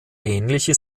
ähnliche